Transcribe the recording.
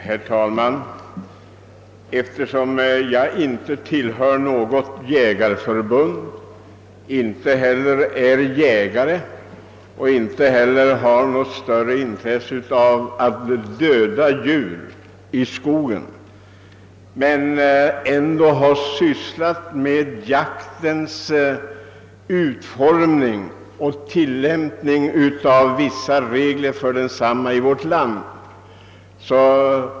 Herr talman! Jag tillhör inte något jägarförbund, är inte jägare och har inte heller något större intresse av att döda djur i skogen, men jag har ändå sysslat med jaktens utformning och tilllämpning av vissa regler för densamma i vårt land.